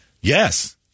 Yes